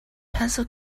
pencil